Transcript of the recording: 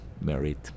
married